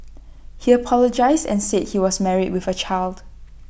he apologised and said he was married with A child